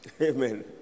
Amen